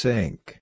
Sink